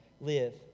live